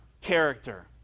character